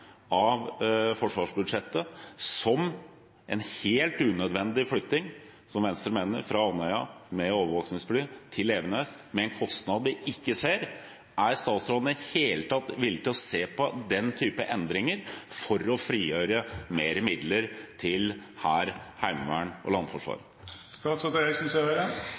av forsvarsbudsjettet, slik som en helt unødvendig flytting – mener Venstre – fra Andøya, med overvåkningsfly, til Evenes, med en kostnad vi ikke ser? Er statsråden i det hele tatt villig til å se på den type endringer for å frigjøre mer midler til hær, heimevern og